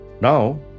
Now